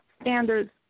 standards